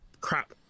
crap